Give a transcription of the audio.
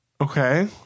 Okay